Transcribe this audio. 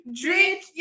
Drink